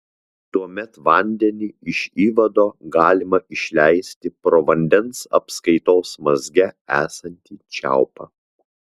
tuomet vandenį iš įvado galima išleisti pro vandens apskaitos mazge esantį čiaupą